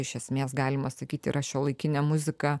iš esmės galima sakyt yra šiuolaikinė muzika